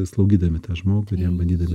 slaugydami tą žmogų ir jam bandydami